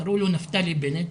קראו לו נפתלי בנט,